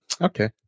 Okay